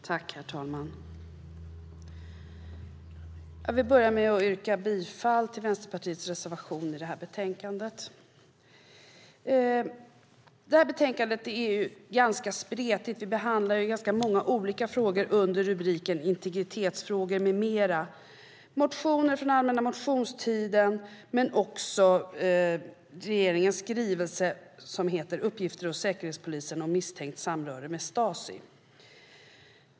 Herr talman! Jag vill börja med att yrka bifall till Vänsterpartiets reservation i detta betänkande. Detta betänkande är ganska spretigt. Vi behandlar ganska många olika frågor i detta betänkande med titeln Integritetsfrågor m.m. Det är motioner från allmänna motionstiden men också regeringens skrivelse Uppgifter hos Säkerhetspolisen om misstänkt samröre med Stasi .